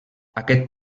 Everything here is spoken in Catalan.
aquest